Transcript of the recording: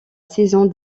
saison